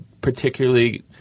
particularly –